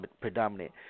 predominant